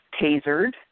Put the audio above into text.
tasered